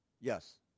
Yes